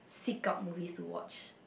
seek out movies to watch